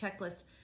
checklist